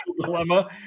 dilemma